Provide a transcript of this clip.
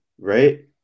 right